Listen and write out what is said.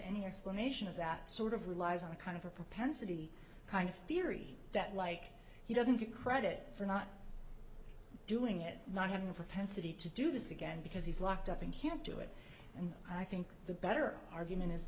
any explanation of that sort of relies on a kind of a propensity kind of theory that like he doesn't get credit for not doing it not having a propensity to do this again because he's locked up in can't do it and i think the better argument is